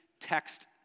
text